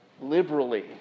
liberally